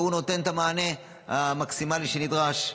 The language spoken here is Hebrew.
והוא נותן את המענה המקסימלי שנדרש.